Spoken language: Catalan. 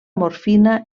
morfina